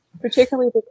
particularly